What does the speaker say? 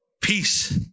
peace